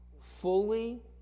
fully